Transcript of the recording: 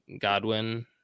Godwin